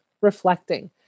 reflecting